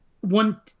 one